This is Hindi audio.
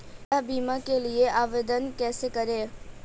गृह बीमा के लिए आवेदन कैसे करें?